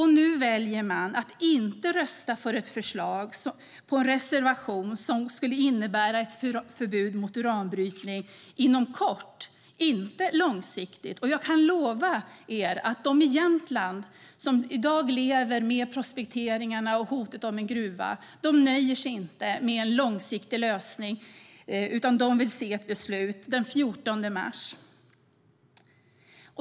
Nu väljer man att inte rösta för en reservation som skulle innebära ett förbud mot uranbrytning inom kort, inte långsiktigt. Jag kan lova er att de i Jämtland som i dag lever med prospekteringarna och hotet om en gruva inte nöjer sig med en långsiktig lösning utan vill se ett beslut den 14 mars.